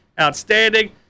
outstanding